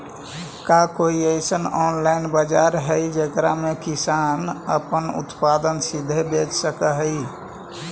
का कोई अइसन ऑनलाइन बाजार हई जेकरा में किसान अपन उत्पादन सीधे बेच सक हई?